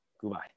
goodbye